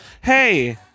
Hey